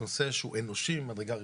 זה נושא שהוא אנושי ממדרגה ראשונה.